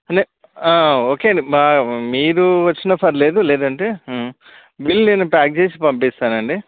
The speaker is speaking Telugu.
లే ఓకే అండి మా మీరు వచ్చినా పర్లేదు లేదంటే బిల్ నేను ప్యాక్ చేసి పంపిస్తానండి